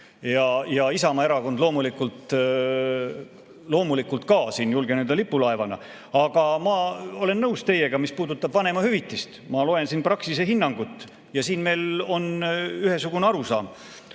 ja Isamaa Erakond loomulikult ka siin – julgen öelda – lipulaevana. Aga ma olen nõus teiega, mis puudutab vanemahüvitist. Ma loen Praxise hinnangut ja siin meil on ühesugune arusaam.